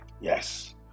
Yes